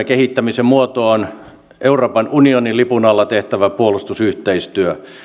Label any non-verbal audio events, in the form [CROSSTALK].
[UNINTELLIGIBLE] kehittämisen muoto on euroopan unionin lipun alla tehtävä puolustusyhteistyö